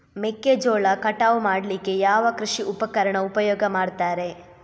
ಮೆಕ್ಕೆಜೋಳ ಕಟಾವು ಮಾಡ್ಲಿಕ್ಕೆ ಯಾವ ಕೃಷಿ ಉಪಕರಣ ಉಪಯೋಗ ಮಾಡ್ತಾರೆ?